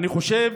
חושב